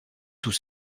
tous